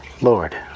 Lord